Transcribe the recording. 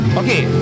okay